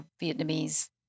Vietnamese